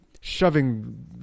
shoving